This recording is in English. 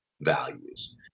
values